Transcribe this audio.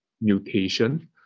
mutation